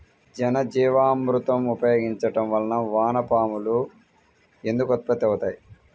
ఘనజీవామృతం ఉపయోగించటం వలన వాన పాములు ఎందుకు ఉత్పత్తి అవుతాయి?